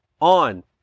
on